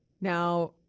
Now